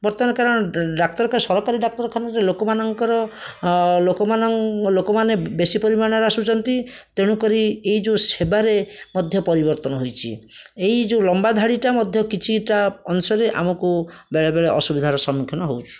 ବର୍ତ୍ତମାନ କାରଣ ଡାକ୍ତର ସରକାରୀ ଡାକ୍ତରଖାନାରେ ଲୋକମାନଙ୍କର ଲୋକମାନଙ୍କ ଲୋକମାନେ ବେଶି ପରିମାଣରେ ଆସୁଛନ୍ତି ତେଣୁକରି ଏହି ଯେଉଁ ସେବାରେ ମଧ୍ୟ ପରିବର୍ତ୍ତନ ହୋଇଛି ଏହି ଯେଉଁ ଲମ୍ବା ଧାଡ଼ିଟା ମଧ୍ୟ କିଛିଟା ଅଂଶରେ ଆମକୁ ବେଳେବେଳେ ଅସୁବିଧାର ସମ୍ମୁଖୀନ ହେଉଛୁ